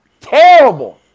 Terrible